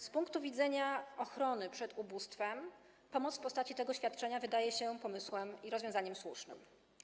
Z punktu widzenia ochrony przed ubóstwem pomoc w postaci tego świadczenia wydaje się pomysłem i rozwiązaniem słusznym.